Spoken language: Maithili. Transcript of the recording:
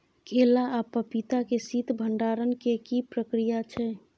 केला आ पपीता के शीत भंडारण के की प्रक्रिया छै?